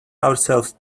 ourselves